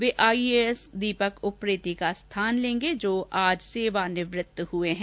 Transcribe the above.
वे IAS Deepak Upreti का स्थान लेंगे जो आज सेवानिवृत हुए है